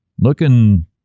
looking